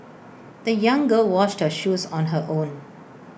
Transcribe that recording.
the young girl washed her shoes on her own